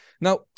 Now